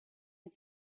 had